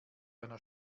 einer